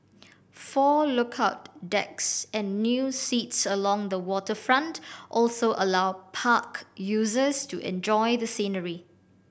four lookout decks and new seats along the waterfront also allow park users to enjoy the scenery